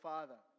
Father